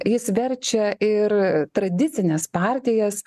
jis verčia ir tradicines partijas